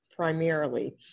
primarily